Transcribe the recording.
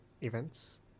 events